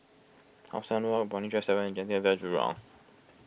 How Sun Walk Brani Drive seven and Genting Hotel Jurong